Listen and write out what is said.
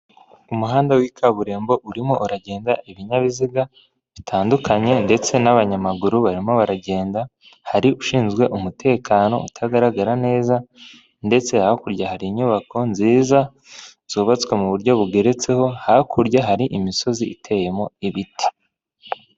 Umuhanda w'i kaburimbo urimo uragenda ibinyabiziga bitandukanye ndetse n'abanyamaguru barimo baragenda, hari ushinzwe umutekano utagaragara neza, ndetse hakurya hari inyubako nziza zubatswe mu buryo bugeretseho, hakurya hari imisozi iteyemo ibiti.